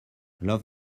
love